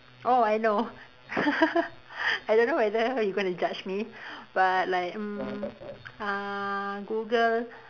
oh I know I don't know whether you going to judge me but like mm uh Google